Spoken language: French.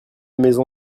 maison